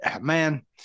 man